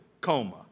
coma